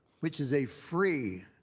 which is a free,